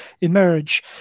emerge